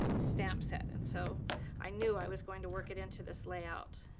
stamp set, and so i knew i was going to work it into this layout.